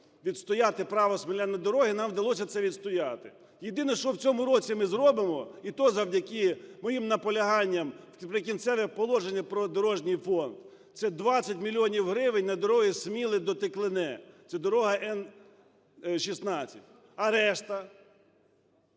відстояти право смілян на дороги, - нам вдалося це відстояти. Єдине, що в цьому році ми зробимо, і то завдяки моїм наполяганням - це "Прикінцеві положення" про дорожній фонд, - це 20 мільйонів гривень на дороги з Сміли на Теклине, це дорога Н16. А решта?